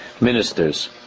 ministers